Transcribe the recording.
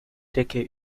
decke